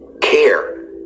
care